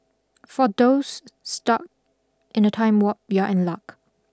for those stuck in the time warp you are in luck